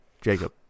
Jacob